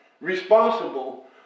Responsible